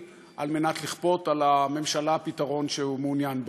לכפות על הממשלה פתרון שהוא מעוניין בו.